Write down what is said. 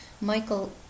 Michael